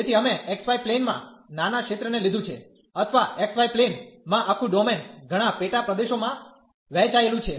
તેથી અમે xy પ્લેનમાં નાના ક્ષેત્રને લીધું છે અથવા xy પ્લેન માં આખું ડોમેન ઘણા પેટા પ્રદેશોમાં વહેંચાયેલું છે